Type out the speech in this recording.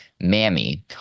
mammy